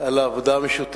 תודה לך על העבודה המשותפת.